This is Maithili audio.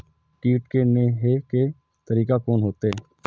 कीट के ने हे के तरीका कोन होते?